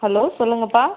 hello சொல்லுங்கப்பா